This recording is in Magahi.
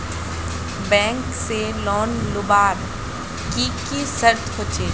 बैंक से लोन लुबार की की शर्त होचए?